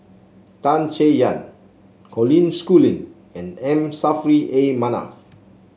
Tan Chay Yan Colin Schooling and M Saffri A Manaf